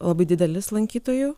labai didelis lankytojų